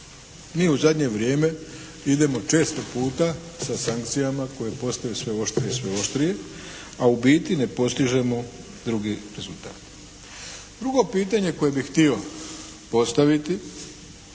Mi u zadnje vrijeme idemo često puta sa sankcijama koje postaju sve oštrije i oštrije, a u biti ne postižemo drugi rezultat. Drugo pitanje koje bih htio postaviti